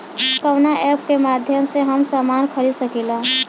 कवना ऐपके माध्यम से हम समान खरीद सकीला?